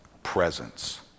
presence